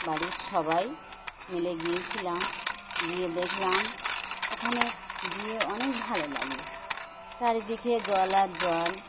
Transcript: বাড়ির সবাই মিলে গিয়েছিলাম গিয়ে দেখলাম ওখানে গিয়ে অনেক ভালো লাগল চারিদিকে জল আর জল